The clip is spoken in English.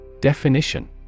Definition